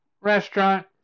restaurant